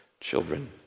children